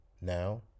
Now